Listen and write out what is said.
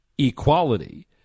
Equality